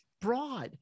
broad